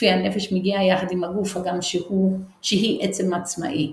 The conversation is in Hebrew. לפיה הנפש מגיעה יחד עם הגוף הגם שהיא עצם עצמאי.